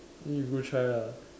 then you go try lah